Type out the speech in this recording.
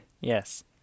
Yes